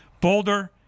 Boulder